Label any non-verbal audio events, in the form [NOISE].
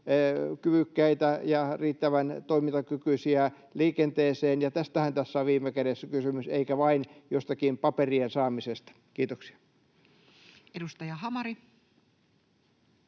kyvykkäitä ja riittävän toimintakykyisiä liikenteeseen. Tästähän tässä on viime kädessä kysymys eikä vain [NOISE] jostakin paperien saamisesta. — Kiitoksia. Edustaja Hamari.